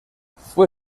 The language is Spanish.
fue